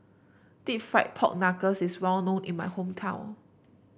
deep fried Pork Knuckles is well known in my hometown